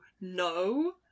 No